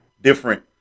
different